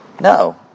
No